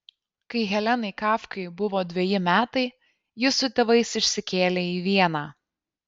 kai helenai kafkai buvo dveji metai ji su tėvais išsikėlė į vieną